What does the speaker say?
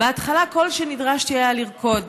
בהתחלה כל שנדרשתי היה לרקוד.